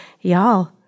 Y'all